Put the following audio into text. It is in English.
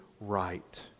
right